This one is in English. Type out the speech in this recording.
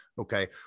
Okay